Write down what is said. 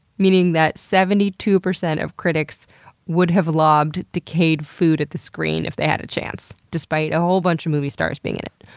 meaning that seventy two percent of critics would have lobbed decayed food at the screen if they had the chance, despite a whole bunch of movie stars being in it.